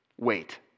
Wait